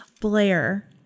Blair